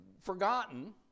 forgotten